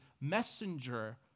messenger